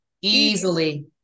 Easily